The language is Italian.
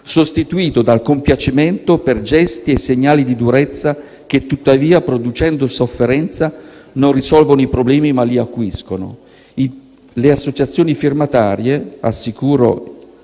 sostituito dal compiacimento per gesti e segnali di durezza che tuttavia, producendo sofferenza, non risolvono i problemi ma li acuiscono». Le associazioni firmatarie - rassicuro